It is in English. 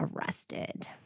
arrested